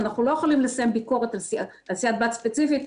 אנחנו לא יכולים לסיים ביקורת על סיעת בת ספציפית.